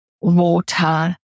water